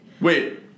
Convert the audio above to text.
Wait